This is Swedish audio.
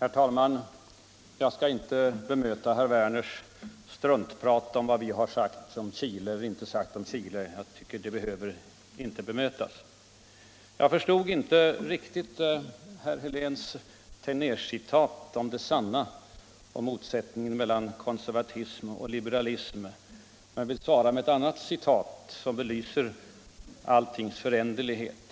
Herr talman! Jag skall inte bemöta herr Werners i Tyresö struntprat om vad vi har sagt om Chile eller inte har sagt om Chile. Det behöver inget bemötande. Jag förstod inte riktigt herr Heléns Tegnércitat om det sanna och motsättningen mellan konservatism och liberalism men vill svara med ett annat citat, som belyser alltings föränderlighet: